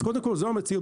אז קודם כל, זאת המציאות.